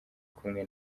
kumwe